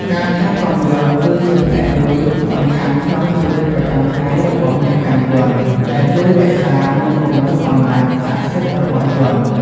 ការថែទាំយ័ន្ត គឺជាផ្នែកមួយសំខាន់ក្នុងជីវិតប្រចាំថ្ងៃរបស់អ្នកកាន់យ័ន្ត ដែលជួយរក្សា និងពង្រឹងអំណាចស័ក្កិសិទ្ធរបស់យ័ន្ត។